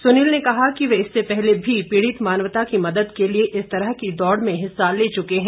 सुनील ने कहा कि वह इससे पहले भी पीड़ित मानवता की मदद के लिए इस तरह की दौड़ में हिस्सा ले चुके हैं